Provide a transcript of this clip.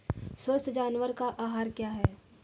स्वस्थ जानवर का आहार क्या है?